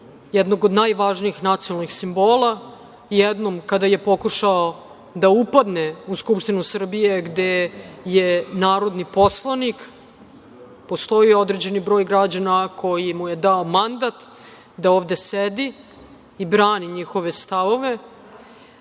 jednog od najvažnijih nacionalnih simbola. Jednom kada je pokušao da upadne u Skupštinu Srbije gde je narodni poslanik. Postoji određeni broj građana koji mu je dao mandat da ovde sedi i brani njihove stavove.